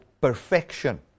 perfection